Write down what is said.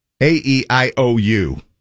A-E-I-O-U